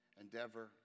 Endeavor